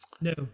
No